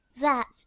That